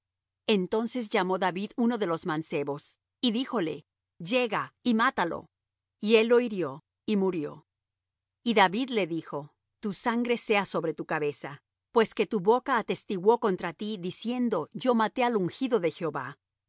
entonces llamó david uno de los mancebos y díjole llega y mátalo y él lo hirió y murió y david le dijo tu sangre sea sobre tu cabeza pues que tu boca atestiguó contra ti diciendo yo maté al ungido de jehová